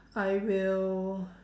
I will